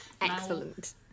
Excellent